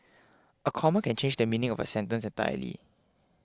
a comma can change the meaning of a sentence entirely